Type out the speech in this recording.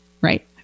right